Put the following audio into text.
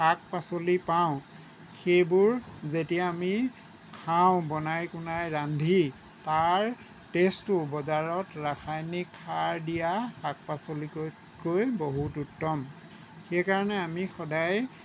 শাক পাচলি পাওঁ সেইবোৰ যেতিয়া আমি খাওঁ বনাই কোনাই ৰান্ধি তাৰ টেষ্টটো বজাৰত ৰাসায়নিক সাৰ দিয়া শাক পাচলিতকৈ বহুত উত্তম সেইকাৰণে আমি সদায়